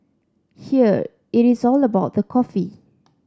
here it is all about the coffee